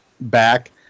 back